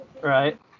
Right